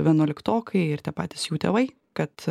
vienuoliktokai ir tie patys jų tėvai kad